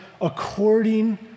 according